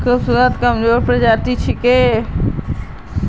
खरबूजा मस्कमेलनेर एकता प्रजाति छिके